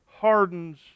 hardens